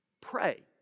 Pray